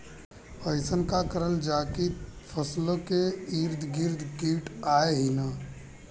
अइसन का करल जाकि फसलों के ईद गिर्द कीट आएं ही न?